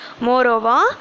Moreover